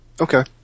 Okay